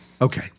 Okay